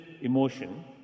emotion